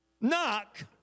Knock